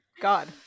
god